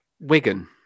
Wigan